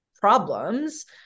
problems